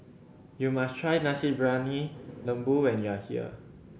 you must try Nasi Briyani Lembu when you are here